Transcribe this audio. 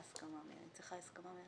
הזה.